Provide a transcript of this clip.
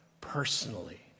personally